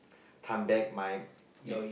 come back my with